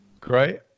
Great